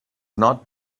not